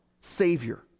Savior